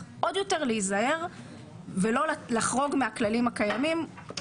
עוד יותר להיזהר ולא לחרוג מהכללים הקיימים,